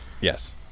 Yes